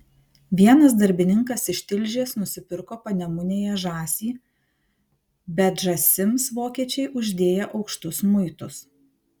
vienas darbininkas iš tilžės nusipirko panemunėje žąsį bet žąsims vokiečiai uždėję aukštus muitus